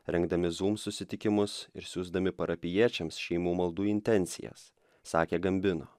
rengdami zum susitikimus ir siųsdami parapijiečiams šeimų maldų intencijas sakė gambino